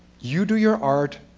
you do your art,